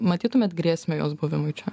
matytumėt grėsmę jos buvimui čia